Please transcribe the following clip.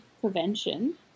prevention